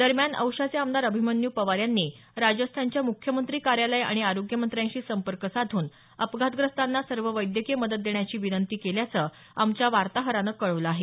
दरम्यान औशाचे आमदार अभिमन्यू पवार यांनी राजस्थानच्या मुख्यमंत्री कार्यालय आणि आरोग्यमंत्र्यांशी संपर्क साधून अपघातग्रस्तांना सर्व वैद्यकीय मदत देण्याची विनंती केल्याचं आमच्या वार्ताहरानं कळवलं आहे